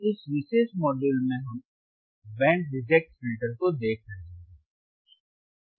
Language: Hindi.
इस विशेष मॉड्यूल में हम बैंड रिजेक्ट फिल्टर्स को देख रहे हैं